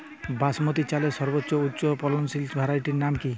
বাসমতী চালের সর্বোত্তম উচ্চ ফলনশীল ভ্যারাইটির নাম কি?